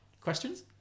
Questions